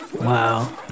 Wow